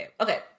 Okay